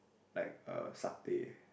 like uh satay